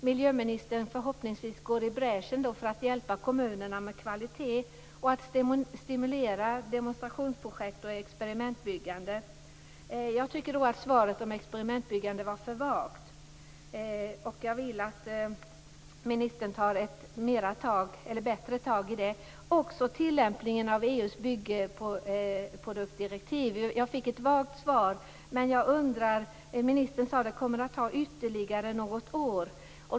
Miljöministern kommer förhoppningsvis att gå i bräschen för att hjälpa kommunerna att skapa kvalitet och stimulera demonstrationsprojekt och experimentbyggande. Jag tycker att svaret om experimentbyggande var för vagt. Jag vill att ministern tar ett bättre tag i den frågan. Det gäller också tillämpningen av EU:s byggproduktdirektiv. Jag fick ett vagt svar. Ministern sade att det kommer att ta ytterligare något år.